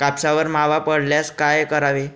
कापसावर मावा पडल्यास काय करावे?